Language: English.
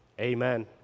Amen